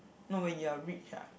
not when you're rich ah